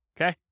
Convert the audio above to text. okay